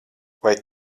vai